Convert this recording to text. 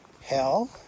Hell